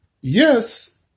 yes